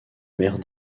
mère